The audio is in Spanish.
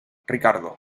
ricardo